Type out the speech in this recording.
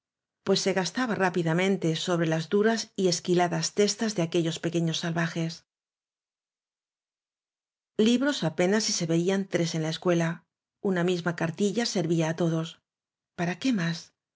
pues se gastaba rápidamente sobre las duras y esquiladas testas de aquellos pequeños salvajes libros apenas si se veían tres en la escuela una misma cartilla servía á todos para qué más